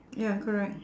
ya correct